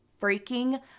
freaking